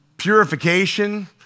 purification